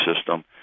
system